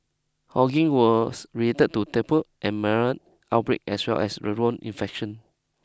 hawking was related to and outbreak as well as infection